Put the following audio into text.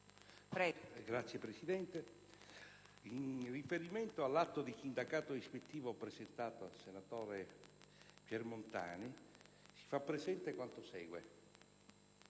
Signora Presidente, in riferimento all'atto di sindacato ispettivo presentato dalla senatrice Germontani, si fa presente quanto segue.